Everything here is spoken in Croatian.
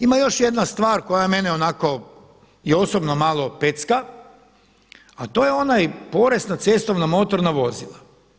Ima još jedna stvar koja mene onako i osobno malo pecka a to je onaj porez na cestovna motorna vozila.